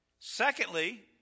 Secondly